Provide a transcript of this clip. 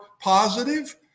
positive